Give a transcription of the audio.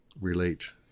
relate